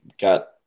got